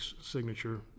signature